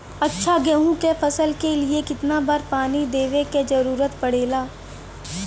अच्छा गेहूँ क फसल के लिए कितना बार पानी देवे क जरूरत पड़ेला?